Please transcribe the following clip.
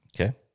Okay